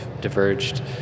diverged